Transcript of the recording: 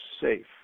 safe